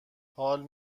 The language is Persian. حال